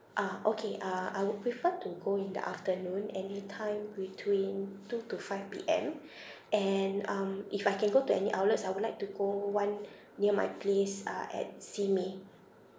ah okay uh I would prefer to go in the afternoon anytime between two to five P_M and um if I can go to any outlets I would like to go one near my place uh at simei